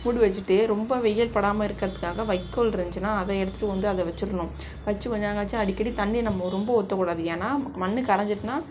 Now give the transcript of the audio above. மூடி வச்சுட்டு ரொம்ப வெயில் படாமல் இருக்கிறதுக்காக வைக்கோல் இருந்துச்சுன்னா அதை எடுத்துகிட்டு வந்து அதை வச்சுர்ணும் வச்சு கொஞ்சம் நேரம் கழிச்சு அடிக்கடி தண்ணி நம்ப ரொம்ப ஊற்ற கூடாது ஏன்னால் மண் கரஞ்சிட்டுனால்